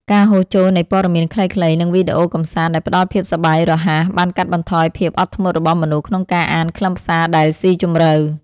ការហូរចូលនៃព័ត៌មានខ្លីៗ និងវីដេអូកម្សាន្តដែលផ្ដល់ភាពសប្បាយរហ័ស បានកាត់បន្ថយភាពអត់ធ្មត់របស់មនុស្សក្នុងការអានខ្លឹមសារដែលស៊ីជម្រៅ។